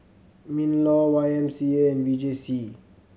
MinLaw Y M C A and V J C